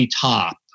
Top